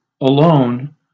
alone